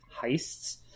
heists